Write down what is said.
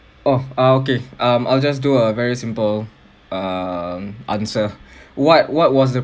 oh uh okay um I'll just do a very simple um answer what what was the